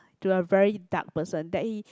to a very dark person that he